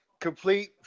complete